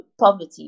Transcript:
poverty